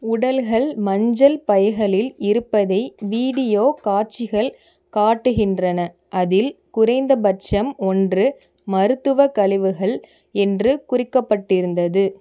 உடல்கள் மஞ்சள் பைகளில் இருப்பதை வீடியோ காட்சிகள் காட்டுகின்றன அதில் குறைந்தபட்சம் ஒன்று மருத்துவக் கழிவுகள் என்று குறிக்கப்பட்டிருந்தது